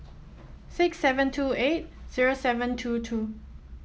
six seven two eight zero seven two two